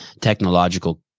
technological